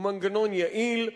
הוא מנגנון יעיל,